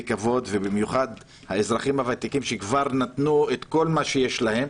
ובמיוחד האזרחים הוותיקים שכבר נתנו את כל מה שיש להם,